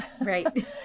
Right